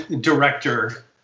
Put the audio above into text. director